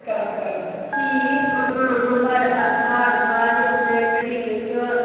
की अहाँ हमर आधार बायोमेट्रिकके